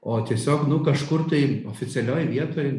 o tiesiog nu kažkur tai oficialioj vietoj